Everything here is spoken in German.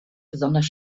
besonders